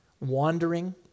wandering